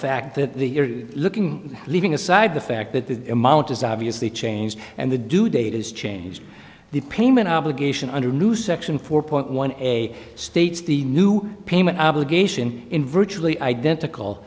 fact that the looking leaving aside the fact that the amount is obviously changed and the due date is changed the payment obligation under new section four point one a states the new payment obligation in virtually identical